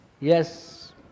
yes